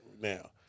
now